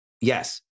yes